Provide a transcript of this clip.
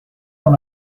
dans